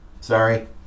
Sorry